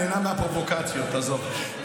הוא נהנה מהפרובוקציות, עזוב.